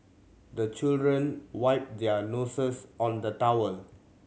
the children wipe their noses on the towel